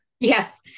Yes